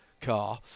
car